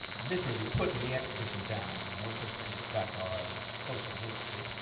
literally putting the exhibition down. no such thing as black art. it's social history.